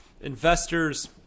investors